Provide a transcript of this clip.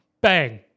Bang